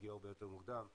יגיעו הרבה יותר מוקדם,